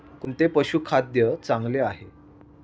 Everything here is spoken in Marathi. कोणते पशुखाद्य चांगले आहे?